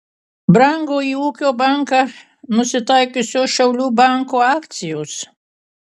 brango į ūkio banką nusitaikiusio šiaulių banko akcijos